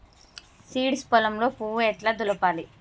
Seeds పొలంలో పువ్వు ఎట్లా దులపాలి?